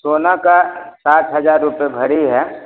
सोना का साठ हज़ार रुपये भरी है